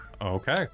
okay